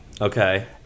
Okay